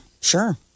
sure